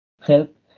help